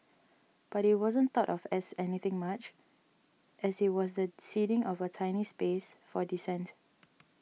but it wasn't thought of as anything much as it was the ceding of a tiny space for dissent